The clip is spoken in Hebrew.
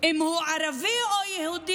אם הוא ערבי או יהודי.